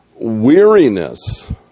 weariness